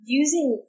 using